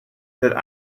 that